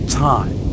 time